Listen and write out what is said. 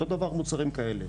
אותו דבר מוצרים כאלה.